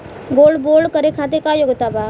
Gold bond करे खातिर का योग्यता बा?